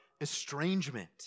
estrangement